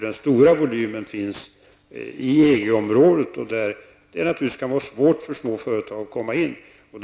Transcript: Den stora volymen finns ju i EG-området, där det naturligtvis kan vara svårt för de små företagen att ta sig in på marknaden.